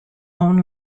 own